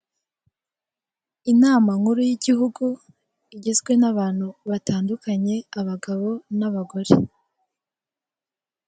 Uru ni urubuga rwifashishwa mu gutanga inguzanyo, ubona hariho umusore mwiza ufite amaso y'umweru, umupira wererana ndetse, n'ishati irimo uturongo, urabona ko ari guseka, n'ipantaro ijya gusa ubururu.